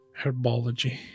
herbology